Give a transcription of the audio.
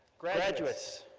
graduates,